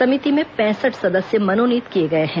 समिति में पैंसठ सदस्य मनोनीत किए गए हैं